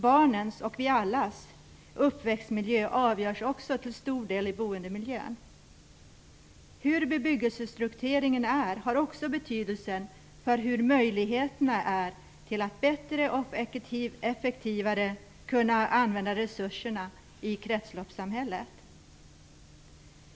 Barnens uppväxtmiljö avgörs till stor del i boendemiljön. Bebyggelsestruktureringen har också stor betydelse för möjligheterna att bättre och effektivare använda resurserna i kretsloppssamhället.